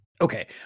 Okay